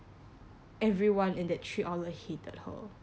everyone in that three outlets hated her